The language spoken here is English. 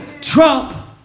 trump